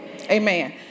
Amen